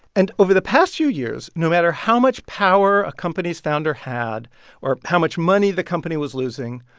and over the past few years, no matter how much power a company's founder had or how much money the company was losing,